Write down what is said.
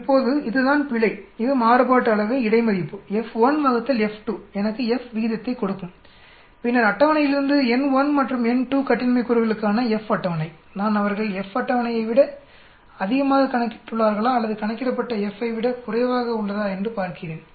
இப்போது இதுதான் பிழை இது மாறுபாட்டு அளவை இடை மதிப்பு F1 F2 எனக்கு F விகிதத்தை கொடுக்கும் பின்னர் அட்டவணையில் இருந்து n1 மற்றும் n2 கட்டின்மை கூறுகளுக்கான F அட்டவணை நான் அவர்கள் F அட்டவணையை விட அதிகமாக கணக்கிட்டுள்ளார்களா அல்லது கணக்கிடப்பட்ட F ஐ விட குறைவாக உள்ளதா என்று பார்க்கிறேன்